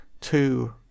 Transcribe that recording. two